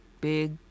big